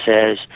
says